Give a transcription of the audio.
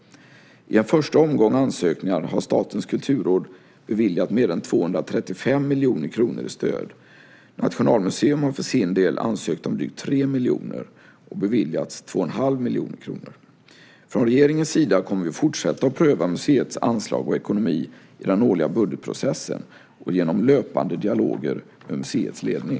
I en första omgång ansökningar har Statens kulturråd beviljat mer än 235 miljoner kronor i stöd. Nationalmuseum har för sin del ansökt om drygt 3 miljoner kronor och beviljats 2,5 miljoner kronor. Från regeringens sida kommer vi att fortsätta att pröva museets anslag och ekonomi i den årliga budgetprocessen och genom löpande dialoger med museets ledning.